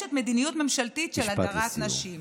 מתממשת מדיניות ממשלתית של הדרת נשים.